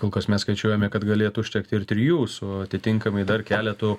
kol kas mes skaičiuojame kad galėtų užtekti ir trijų su atitinkamai dar keletu